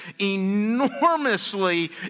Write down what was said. enormously